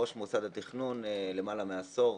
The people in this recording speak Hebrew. בראש מוסד התכנון, למעלה מעשור.